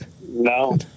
No